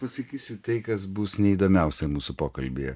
pasakysiu tai kas bus neįdomiausia mūsų pokalbyje